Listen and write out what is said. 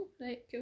Right